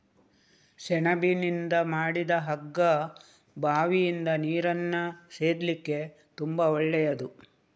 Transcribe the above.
ಸೆಣಬಿನಿಂದ ಮಾಡಿದ ಹಗ್ಗ ಬಾವಿಯಿಂದ ನೀರನ್ನ ಸೇದ್ಲಿಕ್ಕೆ ತುಂಬಾ ಒಳ್ಳೆಯದು